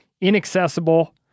inaccessible